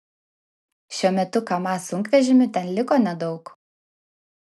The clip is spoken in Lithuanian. šiuo metu kamaz sunkvežimių ten liko nedaug